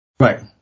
Right